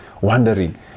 wondering